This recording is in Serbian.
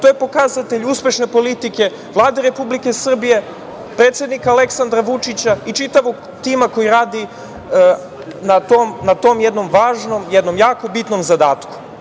To je pokazatelj uspešne politike Vlade Republike Srbije, predsednika Aleksandra Vučića i čitavog tima koji radi na tom jednom važnom, jednom jako bitnom zadatku.